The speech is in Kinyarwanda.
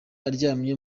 aryamye